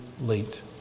late